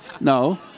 No